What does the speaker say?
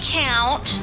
count